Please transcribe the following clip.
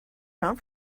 come